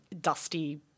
dusty